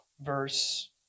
verse